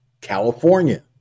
California